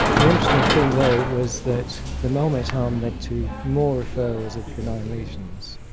the interesting thing though was that the molemate arm led to more referrals of benign lesions.